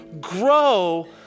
grow